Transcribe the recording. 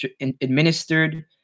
administered